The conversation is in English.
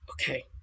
Okay